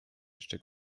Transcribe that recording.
jeszcze